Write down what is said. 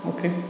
Okay